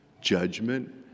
judgment